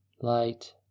Light